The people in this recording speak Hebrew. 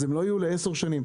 אז הם לא יהיו לעשר שנים,